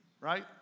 right